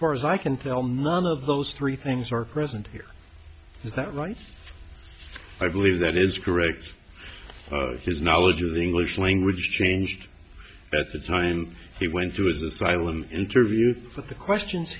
far as i can tell none of those three things are present here is that right i believe that is correct his knowledge of english language changed at the time he went through his asylum interview for the questions